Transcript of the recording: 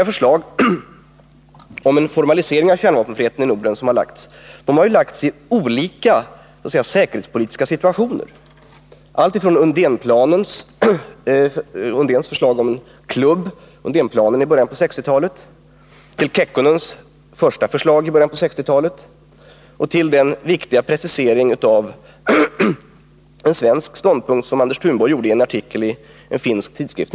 Förslagen om en formalisering av en kärnvapenfri zon i Norden har lagts fram i olika säkerhetspolitiska situationer, alltifrån Undéns förslag om en klubb — Undénplanen — i början av 1960-talet till Kekkonens första förslag vid ungefär samma tid samt till den viktiga precisering av en svensk ståndpunkt, som Anders Thunborg gjorde 1975 i en artikel i en finsk tidskrift.